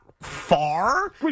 Far